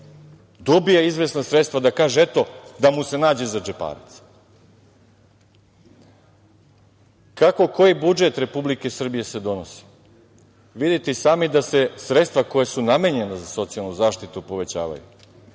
dobija izvesna sredstva da kaže, eto, da mu se nađe za džeparac. Kako koji budžet Republike Srbije se donosi vidite i sami da se sredstva koja su namenjena za socijalnu zaštitu povećavaju.